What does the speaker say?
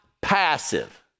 passive